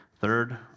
third